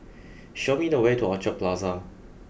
show me the way to Orchard Plaza